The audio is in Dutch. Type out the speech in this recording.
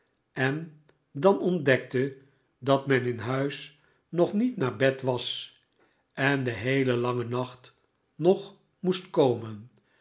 en dan ontdekte dat men in huis nog niet naar bed was en de heele lange nacht nog moest komen